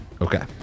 Okay